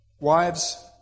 Wives